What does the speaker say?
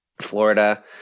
Florida